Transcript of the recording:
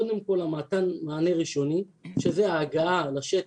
קודם כל מתן מענה ראשוני שזה ההגעה לשטח,